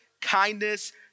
kindness